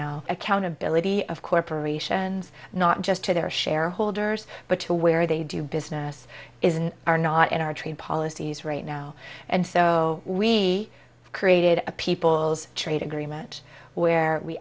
now accountability of corporations not just to their shareholders but to where they do business is and are not in our trade policies right now and so we created a people's trade agreement where we